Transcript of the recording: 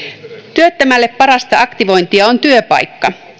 työttömälle parasta aktivointia on työpaikka